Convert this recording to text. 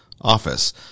office